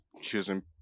choosing